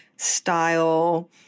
style